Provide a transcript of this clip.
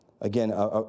again